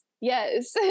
Yes